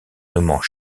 nommant